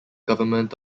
government